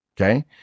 Okay